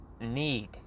need